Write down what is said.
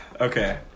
Okay